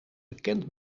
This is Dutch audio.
bekend